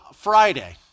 Friday